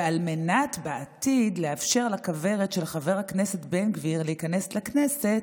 ועל מנת לאפשר בעתיד לכוורת של חבר הכנסת בן גביר להיכנס לכנסת,